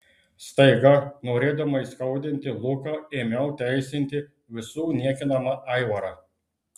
staiga norėdama įskaudinti luką ėmiau teisinti visų niekinamą aivarą